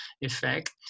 effect